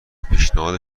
پیشنهاد